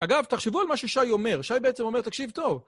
אגב, תחשבו על מה ששי אומר. שי בעצם אומר, תקשיב טוב.